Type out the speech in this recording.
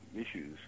issues